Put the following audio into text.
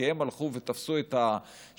כי הם הלכו ותפסו את השטח.